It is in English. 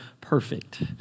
perfect